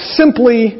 simply